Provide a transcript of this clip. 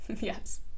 Yes